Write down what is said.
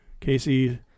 Casey